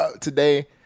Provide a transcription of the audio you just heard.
Today